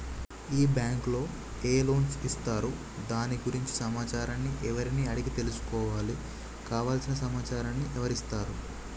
ఈ బ్యాంకులో ఏ లోన్స్ ఇస్తారు దాని గురించి సమాచారాన్ని ఎవరిని అడిగి తెలుసుకోవాలి? కావలసిన సమాచారాన్ని ఎవరిస్తారు?